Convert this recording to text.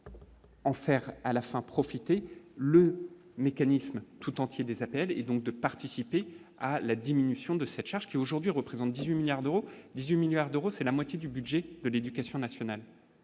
En faire à la fin, profiter le mécanisme tout entier désagréable et donc de participer à la diminution de ces charges qui aujourd'hui représentent 18 milliards d'euros, 18 milliards d'euros, c'est la moitié du budget de l'Éducation nationale